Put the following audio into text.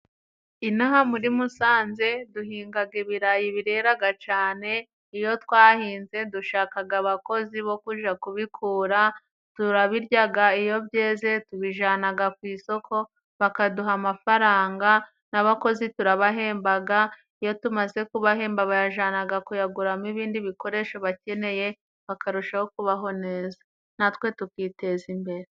Inaha muri Musanze duhingaga ibirayi bireraga cane. Iyo twahinze dushaka abakozi bo kuja kubikura. Turabiryaga, iyo byeze tubijanaga ku isoko bakaduha amafaranga. N'abakozi turabahembaga, iyo tumaze kubahemba, bayajanaga kuyaguramo ibindi bikoresho bakeneye bakarushaho kubaho neza, natwe tukiteza imbere.